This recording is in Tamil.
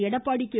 எடப்பாடி கே